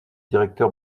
directeur